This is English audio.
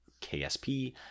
KSP